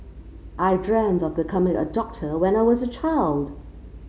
I dreamt of becoming a doctor when I was a child